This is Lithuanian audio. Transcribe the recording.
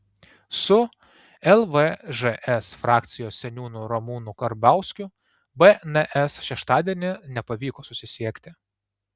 su lvžs frakcijos seniūnu ramūnu karbauskiu bns šeštadienį nepavyko susisiekti